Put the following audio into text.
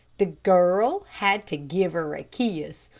the girl had to give her a kiss,